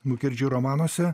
nukerdži romanuose